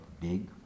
big